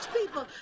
people